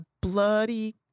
bloody